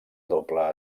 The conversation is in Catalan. doble